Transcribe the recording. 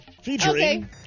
Featuring